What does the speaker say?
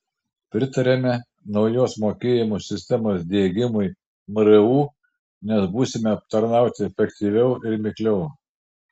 pritariame naujos mokėjimų sistemos diegimui mru nes būsime aptarnauti efektyviau ir mikliau